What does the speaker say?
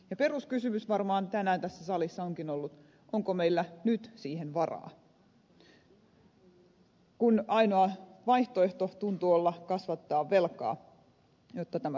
peruskysymys varmaan tänään tässä salissa onkin ollut onko meillä nyt siihen varaa kun ainoa vaihtoehto tuntuu olevan kasvattaa velkaa jotta tämä saadaan tehtyä